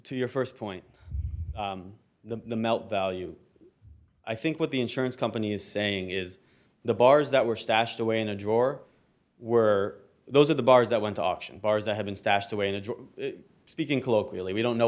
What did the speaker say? to your st point the melt value i think what the insurance company is saying is the bars that were stashed away in a drawer were those are the bars that went to auction bars or have been stashed away in a drawer speaking colloquially we don't know